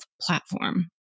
platform